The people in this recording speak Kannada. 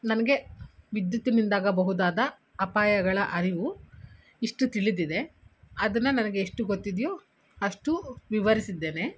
ನನಗೆ ವಿದ್ಯುತ್ತಿನಿಂದ ಆಗಬಹುದಾದ ಅಪಾಯಗಳ ಅರಿವು ಇಷ್ಟು ತಿಳಿದಿದೆ ಅದನ್ನು ನನಗೆ ಎಷ್ಟು ಗೊತ್ತಿದೆಯೋ ಅಷ್ಟು ವಿವರಿಸಿದ್ದೇನೆ